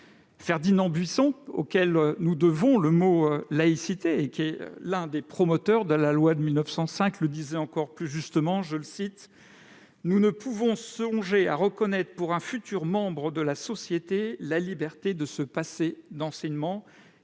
Ferdinand Buisson, auquel nous devons le mot de « laïcité », et qui est l'un des promoteurs de la loi de 1905, le disait encore plus justement en ces termes :« Dès lors que nous ne pouvons songer à reconnaître pour un futur membre de la société la liberté de se passer d'enseignement,